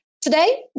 Today